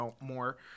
more